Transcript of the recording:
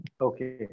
Okay